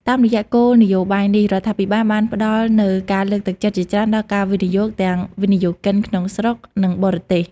តាមរយៈគោលនយោបាយនេះ រដ្ឋាភិបាលបានផ្តល់នូវការលើកទឹកចិត្តជាច្រើនដល់ការវិនិយោគ ទាំងវិនិយោគិនក្នុងស្រុក និងបរទេស។